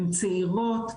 הן צעירות,